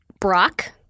Brock